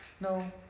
no